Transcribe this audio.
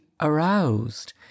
aroused